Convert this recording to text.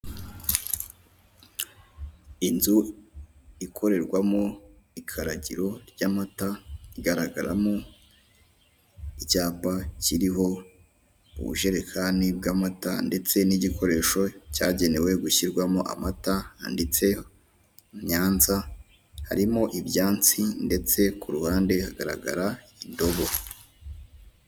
Akayetajeri karimo ikinyobwa kiza gikorwa mu bikomoka ku mata, gifite icupa ribengerana rifite umufuniko w'umweru. Hejuru gato harimo n'ibindi binyobwa bitari kugaragara neza.